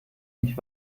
nicht